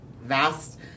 vast